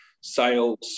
sales